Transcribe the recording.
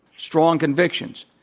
strong convictions,